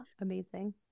Amazing